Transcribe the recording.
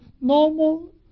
normal